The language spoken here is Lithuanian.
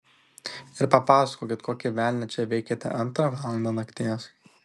ir papasakokit kokį velnią čia veikiate antrą valandą nakties